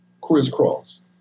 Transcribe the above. crisscross